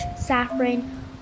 saffron